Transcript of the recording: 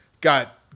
got